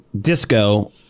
disco